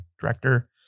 director